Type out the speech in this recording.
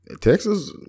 Texas